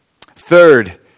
Third